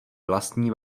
vlastní